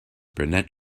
brunette